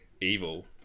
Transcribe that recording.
evil